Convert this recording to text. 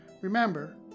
Remember